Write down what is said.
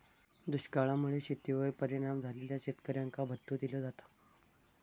दुष्काळा मुळे शेतीवर परिणाम झालेल्या शेतकऱ्यांका भत्तो दिलो जाता